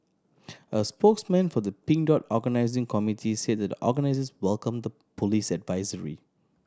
a spokesman for the Pink Dot organising committee said the organisers welcomed the police advisory